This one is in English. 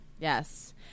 Yes